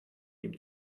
ihm